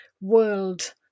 world